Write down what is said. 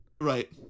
Right